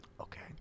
Okay